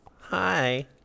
Hi